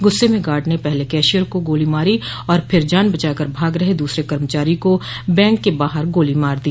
गुस्से में गार्ड ने पहले कैशियर को गोली मारी और फिर जान बचाकर भाग रहे दूसरे कर्मचारी को बैंक के बाहर गोली मार दी